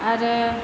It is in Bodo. आरो